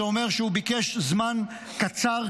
זה אומר שהוא ביקש זמן קצר,